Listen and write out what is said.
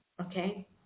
okay